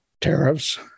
tariffs